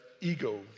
ego